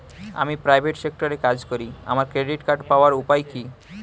আমি প্রাইভেট সেক্টরে কাজ করি আমার ক্রেডিট কার্ড পাওয়ার উপায় কি?